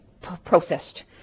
processed